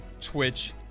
twitch